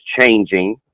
changing